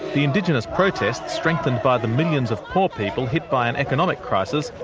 the indigenous protests, strengthened by the millions of poor people hit by an economic crisis,